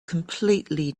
completely